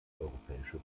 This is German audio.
europäische